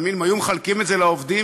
אם היו מחלקים את זה לעובדים,